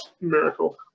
miracle